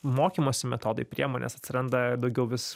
mokymosi metodai priemonės atsiranda daugiau vis